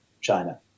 China